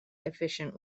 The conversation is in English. efficient